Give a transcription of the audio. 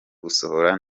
gusohora